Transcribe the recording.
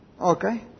Okay